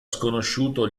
sconosciuto